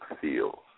feels